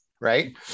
Right